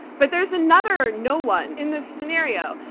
but there's another no one in this scenario.